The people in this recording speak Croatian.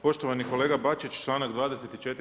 Poštovani kolega Bačić, članak 24.